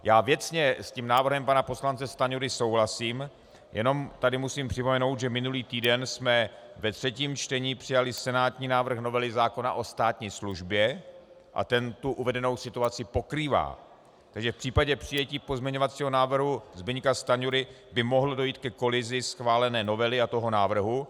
Já věcně s návrhem pana poslance Stanjury souhlasím, jenom tady musím připomenout, že minulý týden jsme ve třetím čtení přijali senátní návrh novely zákona o státní službě a ten tu uvedenou situaci pokrývá, takže v případě přijetí pozměňovacího návrhu Zbyňka Stanjury by mohlo dojít ke kolizi schválené novely a toho návrhu.